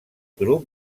grup